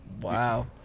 Wow